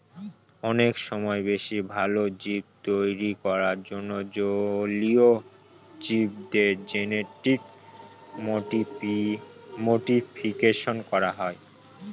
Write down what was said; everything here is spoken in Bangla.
অনেক সময় বেশি ভালো জীব তৈরী করার জন্য জলীয় জীবদের জেনেটিক মডিফিকেশন করা হয়